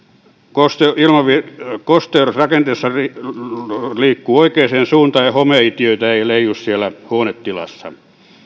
kosteus kosteus rakenteissa liikkuu oikeaan suuntaan ja homeitiöitä ei leiju siellä huonetilassa